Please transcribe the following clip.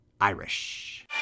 Irish